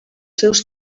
seus